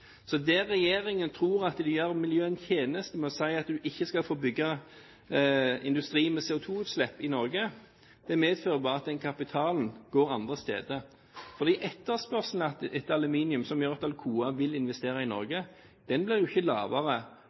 Så det at regjeringen tror at de gjør miljøet en tjeneste med å si at man ikke skal få bygge industri med CO2-utslipp i Norge, medfører bare at den kapitalen går andre steder, for det er etterspørselen etter aluminium som gjør at Alcoa vil investere i Norge. Den blir jo ikke lavere